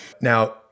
Now